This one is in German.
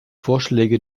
vorschläge